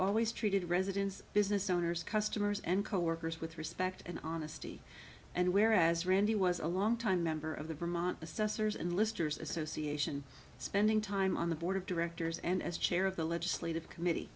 always treated residents business owners customers and coworkers with respect and honesty and where as randy was a long time member of the vermont assessors and listers association spending time on the board of directors and as chair of the legislative committee